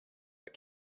but